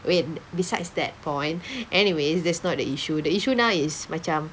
wait besides that point anyways that's not the issue the issue now is macam